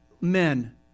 Men